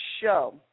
show